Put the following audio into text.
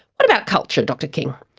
what about culture, dr king?